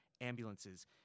ambulances